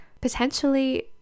Potentially